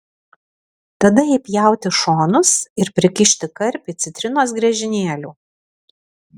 tada įpjauti šonus ir prikišti karpį citrinos griežinėlių